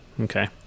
Okay